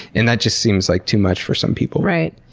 and that just seems like too much for some people. right,